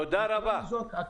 תודה רבה לך.